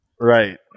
Right